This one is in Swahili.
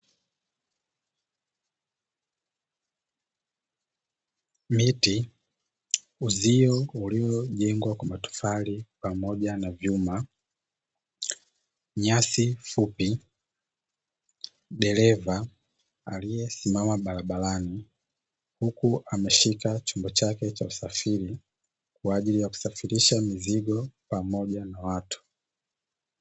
Miti, uzio uliojengwa kwa matofali pamoja na vyuma, nyasi fupi, dereva aliyesimama barabarani aliyesimama barabarani ,huku ameshika chombo chake cha usafiri kwa ajili ya kusafirisha mizigo pamoja na watu.